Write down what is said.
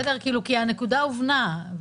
הנקודה הובנה.